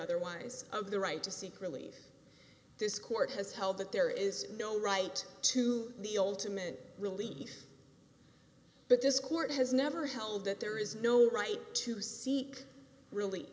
otherwise of the right to seek relief this court has held that there is no right to the ultimate relief but this court has never held that there is no right to seek really